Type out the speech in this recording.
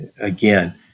again